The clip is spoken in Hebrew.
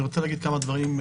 אני רוצה להגיד כמה דברים,